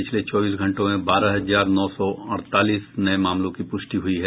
पिछले चौबीस घंटों में बारह हजार नौ सौ अड़तालीस नये मामलों की पुष्टि हुई है